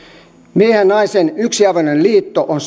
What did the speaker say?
miehen ja naisen yksiavioinen liitto on